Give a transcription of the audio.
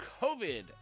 COVID